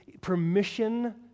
permission